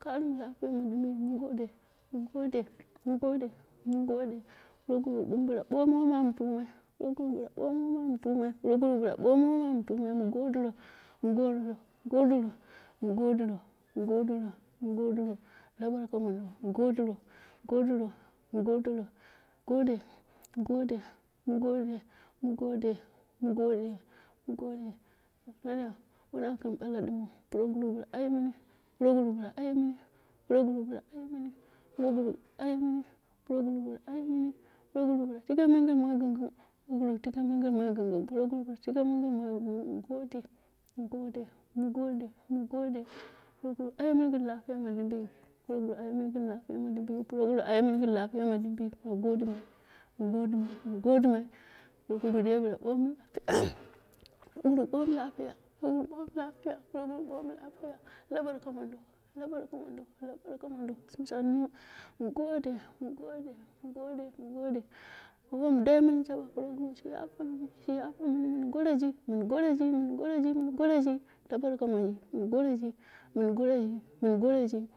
Kwimu lapiyu, mu gode mu gode mu gode, mu gode, mu gode, proguru bmo bomu wom unu tunai, proguru bomu wom amu tumai, proguru bomu wom anu tumai, proguru jomu wom anu tumai, mu goliro mu godiro, mu godiro mu godiro, mu godiro, mu godiro la barka mondo mu godiro, mu godiro, mu godiro mu gode, mu gode, mu gode, mu gode mu gode, mu gode, mu gode, wanajin bala dimu, proguro bila aye mini proguru bila aye mini, proguru bila aye mini, proguru bola aye mini proguru bila aye mini proguru bila aye mimi progur tike mini gin wom gɨn gɨn, proguru tiku mini yɨn won gɨn gin mu gode, mu gode mu gode, mu gode, mu gode, proguru aye mini gɨn lapiya ma ɗimbiyi proguru aye mini gɨn lapiya ma dimbiyik, proguru aye mini gɨn lapiya, ma dimbiyik, mu gode min gidimai, min godimai min godimai, pro guru kurmu lupiya proguru kai mu lapiyu proguru bomu lapiya, la burka mondo, proguru bummu lupiya sunnu mu gode, mu gode mu gode mu gode, wom dai mun jabu proguru shi yape mini, shiyape mini, mun goroji, mun goroji mun goroji, la barku muji, mum goroji mune goroji, mum goroji,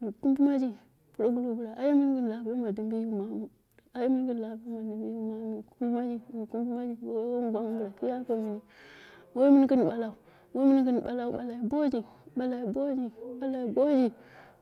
mun kumbimuji, proguro aye mini gɨn lapiya mu dimbiyik, pro guru ayemini gin lapiya, mun kummuro, mun kummoro proguru bila yupe mini, wori min gɨn baku, wai min gin balau balai gode, balai goda, balai sheje.